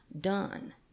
done